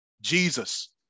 Jesus